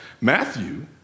Matthew